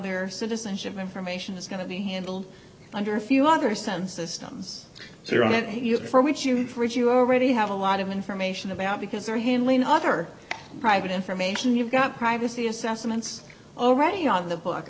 their citizenship information is going to be handled under a few other senses stems for which you for it you already have a lot of information about because they're handling other private information you've got privacy assessments already on the book